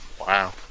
Wow